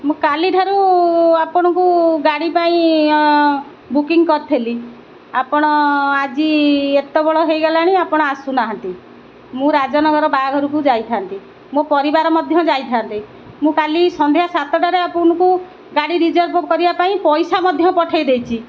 ମୁଁ କାଲିଠାରୁ ଆପଣଙ୍କୁ ଗାଡ଼ି ପାଇଁ ବୁକିଂ କରିଥିଲି ଆପଣ ଆଜି ଏତେବେଳ ହେଇଗଲାଣି ଆପଣ ଆସୁନାହାନ୍ତି ମୁଁ ରାଜନଗର ବାହାଘରକୁ ଯାଇଥାନ୍ତି ମୋ ପରିବାର ମଧ୍ୟ ଯାଇଥାନ୍ତେ ମୁଁ କାଲି ସନ୍ଧ୍ୟା ସାତଟାରେ ଆପଣଙ୍କୁ ଗାଡ଼ି ରିଜର୍ଭ କରିବା ପାଇଁ ପଇସା ମଧ୍ୟ ପଠାଇ ଦେଇଛି